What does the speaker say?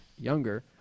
younger